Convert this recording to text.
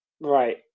Right